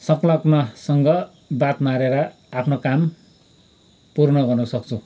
संलग्नसँग बात मारेर आफ्नो काम पूर्ण गर्नसक्छु